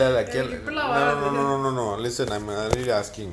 இல்ல இல்ல:illa illa no no no no no listen I'm really asking